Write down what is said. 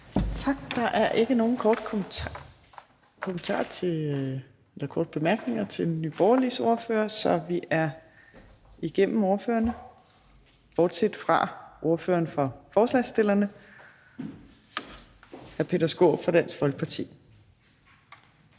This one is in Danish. Tak. Der er ikke nogen korte bemærkninger til Nye Borgerliges ordfører, så vi er igennem ordførerne bortset fra ordføreren for forslagsstillerne, hr. Peter Skaarup fra Dansk Folkeparti.